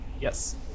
Yes